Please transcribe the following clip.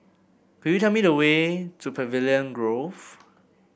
could you tell me the way to Pavilion Grove